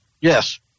yes